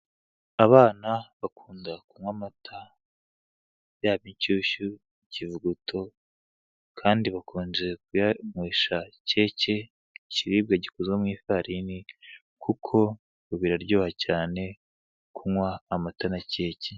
Abana bakunda kunywa amata, yaba inshyushyu, ikivuguto kandi bakunze kuyanywesha keke, ikiribwa gikozwe mu ifarini kuko biraryoha cyane kunywa amata na keke.